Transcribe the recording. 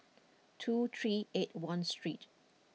two three eight one street